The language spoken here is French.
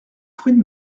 fruits